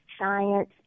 science